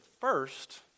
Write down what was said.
first